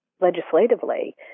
legislatively